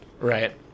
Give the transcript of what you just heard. right